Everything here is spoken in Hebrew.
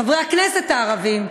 חברי הכנסת הערבים,